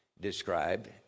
described